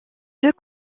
deux